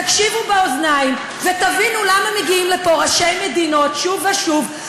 תקשיבו באוזניים ותבינו למה מגיעים לפה ראשי מדינות שוב ושוב,